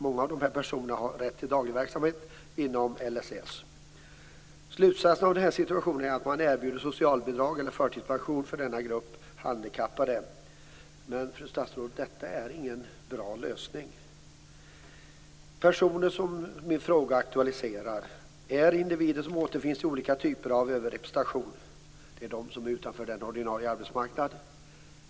Många av de här personerna har rätt till daglig verksamhet inom LSS. Slutsatsen beträffande denna situation är att man erbjuder denna grupp handikappade socialbidrag eller förtidspension men, fru statsråd, detta är ingen bra lösning. De personer som aktualiseras i min fråga är individer som återfinns i olika typer av överrepresentation. Det gäller dem som finns utanför den ordinarie arbetsmarknaden.